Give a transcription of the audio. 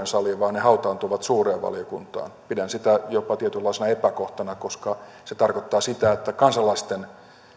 saliin vaan ne hautautuvat suureen valiokuntaan pidän sitä jopa tietynlaisena epäkohtana koska se tarkoittaa sitä että kansalaisten